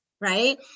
right